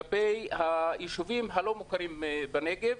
כלפי היישובים הלא מוכרים בנגב.